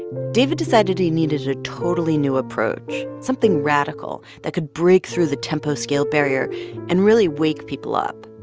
david decided he needed a totally new approach something radical that could break through the tempo-scale barrier and really wake people up